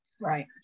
Right